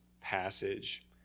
passage